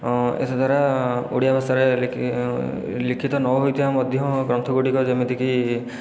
ଏତଦ୍ୱାରା ଓଡ଼ିଆ ଭାଷାରେ ଲିଖିତ ନ ହୋଇଥିବା ମଧ୍ୟ ଗ୍ରନ୍ଥ ଗୁଡ଼ିକ ଯେମିତିକି